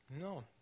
No